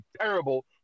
terrible